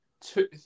Two